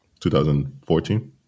2014